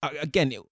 again